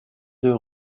deux